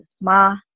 Ma